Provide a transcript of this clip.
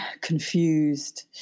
confused